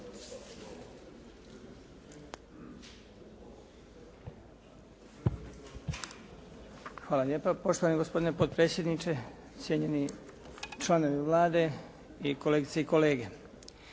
Hvala lijepo štovani gospodine potpredsjedniče, gospodine ministre, kolegice i kolege.